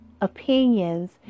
opinions